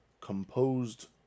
composed